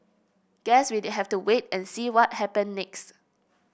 guess we'd have to wait and see what happen next